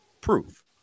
proof